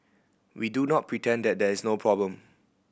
we do not pretend that there is no problem